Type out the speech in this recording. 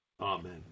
Amen